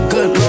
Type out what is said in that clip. Good